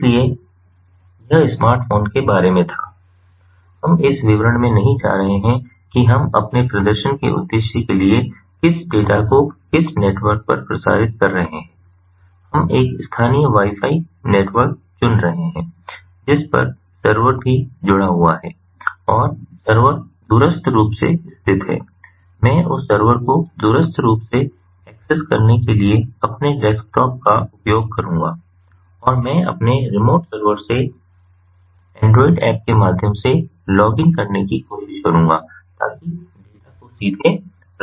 इसलिए यह स्मार्टफ़ोन के बारे में था हम इस विवरण में नहीं जा रहे हैं कि हम अपने प्रदर्शन के उद्देश्य के लिए किस डेटा को किस नेटवर्क पर प्रसारित कर रहे हैं हम एक स्थानीय वाई फाई नेटवर्क चुन रहे हैं जिस पर सर्वर भी जुड़ा हुआ है और सर्वर दूरस्थ रूप से स्थित है मैं उस सर्वर को दूरस्थ रूप से एक्सेस करने के लिए अपने डेस्कटॉप का उपयोग करूंगा और मैं अपने रिमोट सर्वर से एंड्रॉइड ऐप के माध्यम से लॉग इन करने की कोशिश करूंगा ताकि डेटा को सीधे प्रसारित किया जा सके